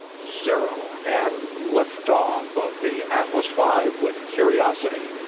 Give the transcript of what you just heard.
zero, and liftoff of the atlas five with curiosity.